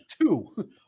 two